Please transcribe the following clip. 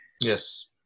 Yes